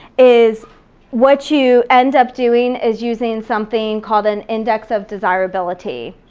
is what you end up doing is using something called an index of desirability,